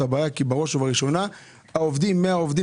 הבעיה כי בראש ובראשונה יש שם 100 עובדים